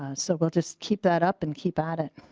ah so we'll just keep that up and keep at it.